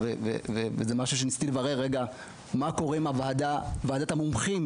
ניסיתי לברר מה קורה עם ועדת המומחים